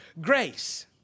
grace